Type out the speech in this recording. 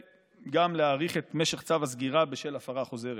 בנוסף, להאריך את משך צו הסגירה בשל הפרה חוזרת.